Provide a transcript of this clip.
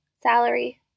salary